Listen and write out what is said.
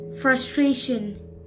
frustration